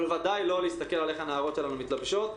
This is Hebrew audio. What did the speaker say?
אבל בוודאי לא להסתכל איך הנערות שלנו מתלבשות.